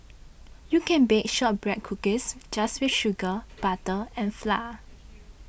you can bake Shortbread Cookies just with sugar butter and flour